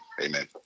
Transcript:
amen